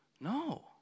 No